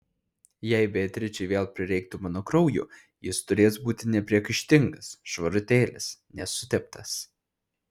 jei beatričei vėl prireiktų mano kraujo jis turės būti nepriekaištingas švarutėlis nesuteptas